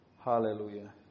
Hallelujah